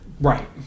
Right